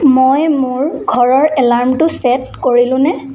মই মোৰ ঘৰৰ এলাৰ্মটো চে'ট কৰিলোঁ নে